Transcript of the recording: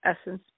essence